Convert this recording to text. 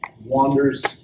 wanders